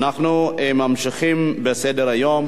אין מתנגדים.